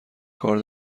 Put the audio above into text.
کار